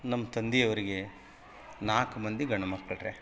ನಮ್ಮ ತಂದೆಯವ್ರಿಗೆ ನಾಲ್ಕು ಮಂದಿ ಗಂಡು ಮಕ್ಕಳು ರೀ